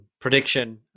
prediction